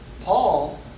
Paul